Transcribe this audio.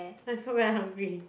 I also very hungry